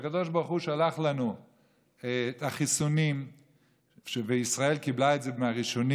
כשהקדוש ברוך הוא שלח לנו את החיסונים וישראל קיבלה את זה מהראשונים,